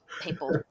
People